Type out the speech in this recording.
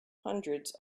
hundreds